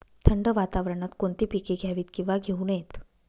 थंड वातावरणात कोणती पिके घ्यावीत? किंवा घेऊ नयेत?